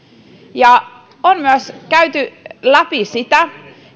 on myös käyty läpi sitä